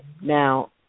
Now